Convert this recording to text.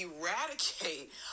eradicate